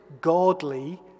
godly